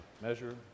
measure